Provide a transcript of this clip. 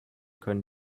können